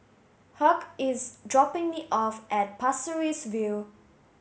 Hugh is dropping me off at Pasir Ris View